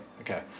Okay